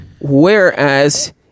Whereas